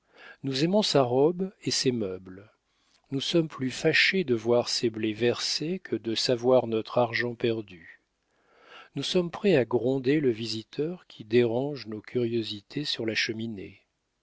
nous aimons sa robe et ses meubles nous sommes plus fâchés de voir ses blés versés que de savoir notre argent perdu nous sommes prêts à gronder le visiteur qui dérange nos curiosités sur la cheminée